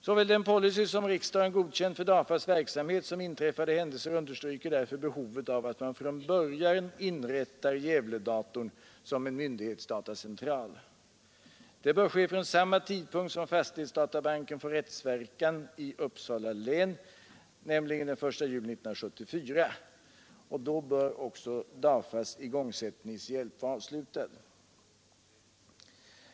Såväl den policy riksdagen godkänt för DAFA:s verksamhet som inträffade händelser understryker därför behovet av att man från början inrättar Gävledatorn som en myndighetsdatacentral. Det bör ske från samma tidpunkt som fastighetsdatabanken får rättsverkan i Uppsala län, nämligen den 1 juli 1974. Då bör också DAFA :s igångsättningshjälp vara avslutad.